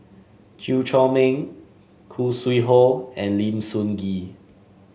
Chew Chor Meng Khoo Sui Hoe and Lim Sun Gee